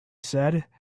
said